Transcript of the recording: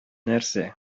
нәрсә